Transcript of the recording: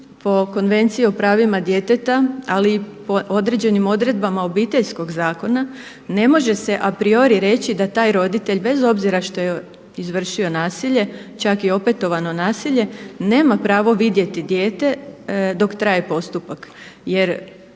po Konvenciji o pravima djeteta ali i po određenim odredbama Obiteljskog zakona ne može se apriori reći da taj roditelj bez obzira što je izvršio nasilje, čak i opetovano nasilje nema pravo vidjeti dijete dok traje postupak.